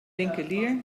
winkelier